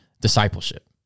discipleship